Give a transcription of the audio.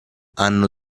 hanno